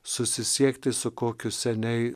susisiekti su kokiu seniai